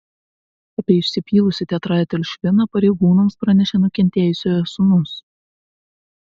apie išsipylusį tetraetilšviną pareigūnams pranešė nukentėjusiojo sūnus